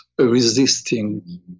resisting